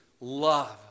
love